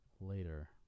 later